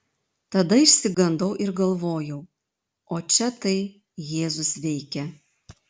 tada išsigandau ir galvojau o čia tai jėzus veikia